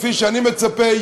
כפי שאני מצפה,